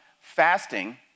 fasting